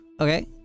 Okay